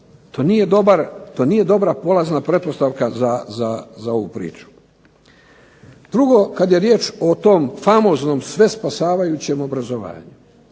to nije dobra polazna pretpostavka za ovu priču. Drugo, kada je riječ o tom famoznom sve spasavajućem obrazovanju